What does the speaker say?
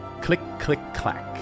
click-click-clack